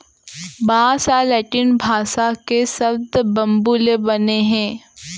बांस ह लैटिन भासा के सब्द बंबू ले बने हे